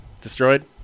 Destroyed